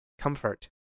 comfort